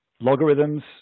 logarithms